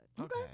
Okay